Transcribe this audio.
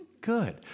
Good